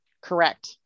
Correct